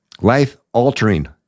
Life-altering